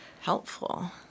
helpful